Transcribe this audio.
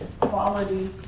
quality